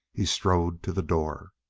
he strode to the door.